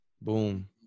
Boom